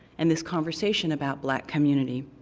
and this conversation about black community.